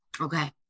Okay